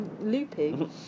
loopy